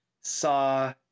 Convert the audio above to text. saw